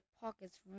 pockets